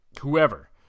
whoever